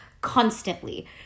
constantly